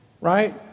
right